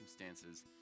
circumstances